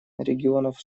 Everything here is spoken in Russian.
регионов